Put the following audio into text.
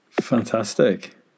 Fantastic